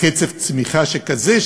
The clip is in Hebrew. קצב צמיחה כזה,